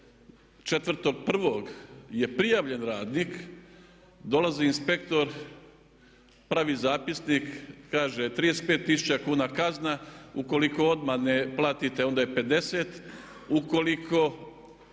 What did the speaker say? radnik, 4.1. je prijavljen radnik, dolazi inspektor pravi zapisnik, kaže 35 tisuća kuna kazna ukoliko odmah ne platite onda je 50 tisuća, ukoliko